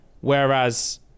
whereas